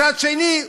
מצד שני,